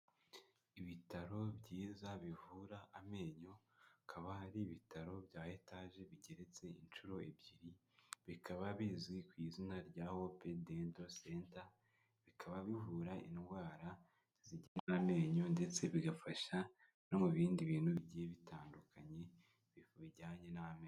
Ibitaro byiza bivura amenyo, akaba ari ibitaro bya etaje bigeretse inshuro ebyiri, bikaba bizwi ku izina rya Hope Dental Center, bikaba bivura indwara zijyanye n’amenyo ndetse bigafasha no mu bindi bintu bigiye bitandukanye bijyanye n'amenyo.